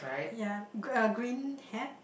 ya g~ uh green hat